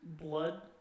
blood